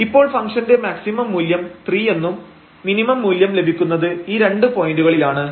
ഇപ്പോൾ ഫംഗ്ഷന്റെ മാക്സിമം മൂല്യം 3 എന്നും മിനിമം മൂല്യം ലഭിക്കുന്നത് ഈ രണ്ട് പോയന്റുകളിൽ ആണ്